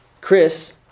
Chris